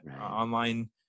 online